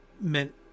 meant